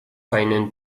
einen